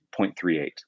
0.38